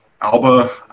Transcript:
Alba